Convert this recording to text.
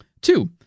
Two